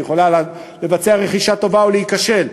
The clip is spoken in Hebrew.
היא יכולה לבצע רכישה טובה או להיכשל,